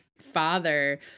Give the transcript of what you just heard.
father